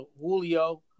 Julio